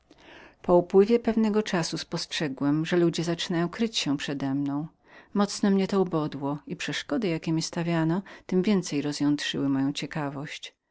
po upływie pewnego czasu spostrzegłem że sąsiedzi powszechnie kryli się przedemną mocno mnie to ubodło i przeszkody jakie mi stawiano tem więcej rozjątrzyły moją ciekawość